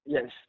Yes